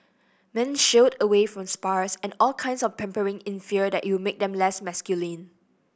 men shied away from spas and all kinds of pampering in fear that it would make them less masculine